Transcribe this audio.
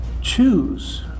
choose